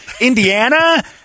Indiana